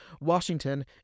Washington